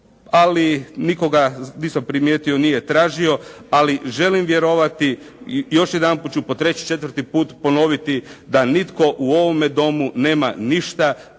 ali nitko ga, nisam primijetio nije tražio, ali želim vjerovati i još jedanput ću po treći, četvrti put ponoviti da nitko u ovome Domu nema ništa